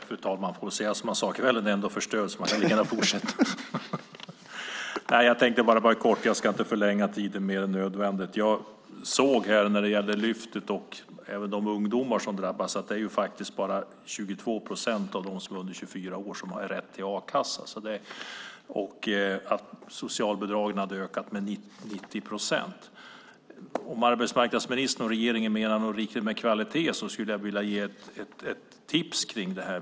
Fru talman! Jag får väl säga samma sak: Kvällen är ändå förstörd, så man kan lika gärna fortsätta. Nej, jag tänkte bara säga något kort. Jag ska inte förlänga debatten mer än nödvändigt. Jag såg när det gällde Lyftet och de ungdomar som drabbas att det bara är 22 procent av dem som är under 24 år som har rätt till a-kassa och att socialbidragen hade ökat med 90 procent. Om arbetsmarknadsministern menar något riktigt med kvalitet skulle jag vilja ge ett tips.